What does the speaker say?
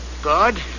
good